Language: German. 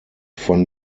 von